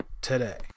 today